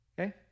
okay